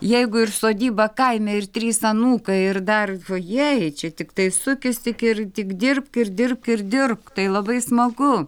jeigu ir sodyba kaime ir trys anūkai ir dar vajei čia tiktai sukis tik ir tik dirbk ir dirbk ir dirbk tai labai smagu